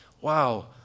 wow